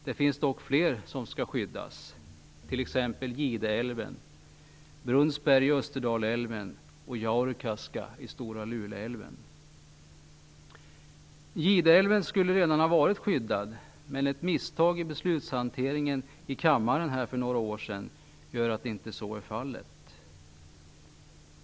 Det finns dock fler som skall skyddas, t.ex. Gideälven, Brunnsberg i Österdalälven och Jaurekaska i Stora Luleälven. Gideälven skulle redan ha varit skyddad, men ett misstag i beslutshanteringen i kammaren för några år sedan gör att så inte är fallet.